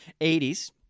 80s